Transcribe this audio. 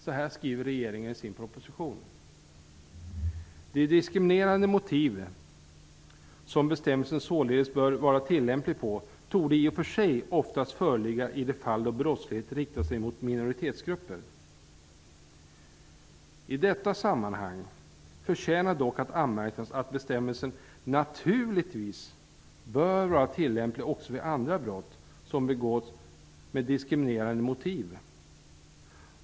Så här skriver regeringen i sin proposition: De diskriminerande motiv som bestämmelsen således bör vara tillämplig på torde i och för sig oftast föreligga i det fall då brottsligheten riktar sig mot minoritetsgrupper. I detta sammanhang förtjänar dock att anmärkas att bestämmelsen naturligtvis bör vara tillämplig också vid andra brott som begås med diskriminerande motiv.